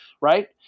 Right